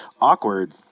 awkward